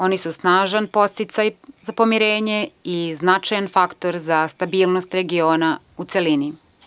Oni su snažan podsticaj za pomirenje i značajan faktor za stabilnost regiona u celini.